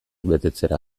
betetzera